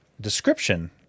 description